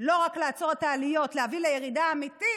לא רק לעצור את העליות אלא להביא לירידה אמיתית,